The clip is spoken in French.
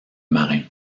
marin